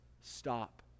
stop